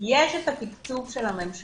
שיש את התקצוב של הממשלה,